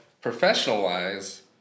professional-wise